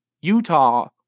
Utah